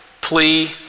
plea